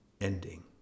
ending